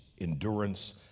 endurance